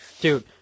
Dude